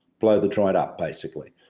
blow the joint up basically.